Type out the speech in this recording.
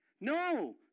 No